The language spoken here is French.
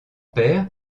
père